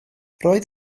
roedd